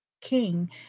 King